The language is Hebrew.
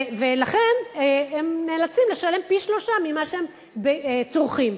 ולכן הם נאלצים לשלם פי-שלושה ממה שהם צורכים.